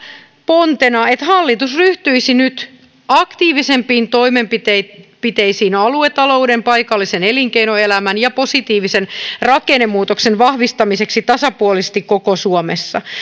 pontena että hallitus ryhtyisi nyt aktiivisempiin toimenpiteisiin aluetalouden paikallisen elinkeinoelämän ja positiivisen rakennemuutoksen vahvistamiseksi tasapuolisesti koko suomessa